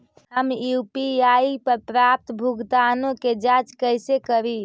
हम यु.पी.आई पर प्राप्त भुगतानों के जांच कैसे करी?